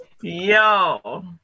yo